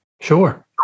sure